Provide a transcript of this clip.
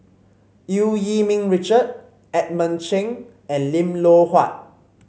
Eu Yee Ming Richard Edmund Cheng and Lim Loh Huat